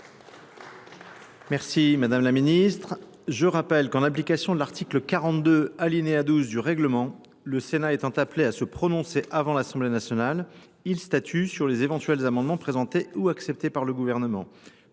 Merci Madame la Ministre. Je rappelle qu'en application de l'article 42 alinéa 12 du règlement, le Sénat étant appelé à se prononcer avant l'Assemblée nationale, il statue sur les éventuels amendements présentés ou acceptés par le gouvernement,